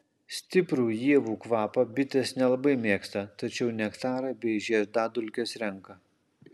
stiprų ievų kvapą bitės nelabai mėgsta tačiau nektarą bei žiedadulkes renka